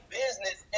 business